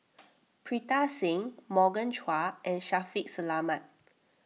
Pritam Singh Morgan Chua and Shaffiq Selamat